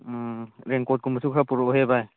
ꯎꯝ ꯔꯦꯟꯀꯣꯠ ꯀꯨꯝꯕꯁꯨ ꯈꯔ ꯄꯨꯔꯛꯑꯣꯍꯦ ꯚꯥꯏ